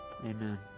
amen